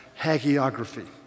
hagiography